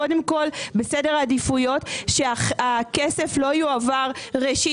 קודם כל בסדר העדיפויות שהכסף לא יועבר ראשית,